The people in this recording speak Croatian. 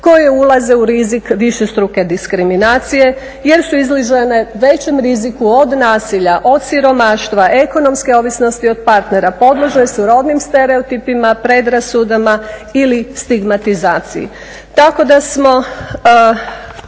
koje ulaze u rizik višestruke diskriminacije jer su izložene većem riziku od nasilja, od siromaštva, ekonomske ovisnosti od partnera, podložne su rodnim stereotipima, predrasudama ili stigmatizaciji.